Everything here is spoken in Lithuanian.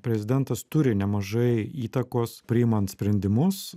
prezidentas turi nemažai įtakos priimant sprendimus